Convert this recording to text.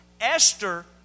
Esther